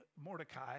Mordecai